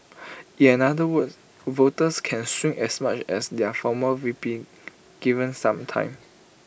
in another words voters can swing as much as their former V P given some time